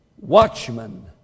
Watchmen